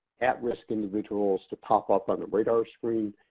at-risk individuals to pop up on the radar screen.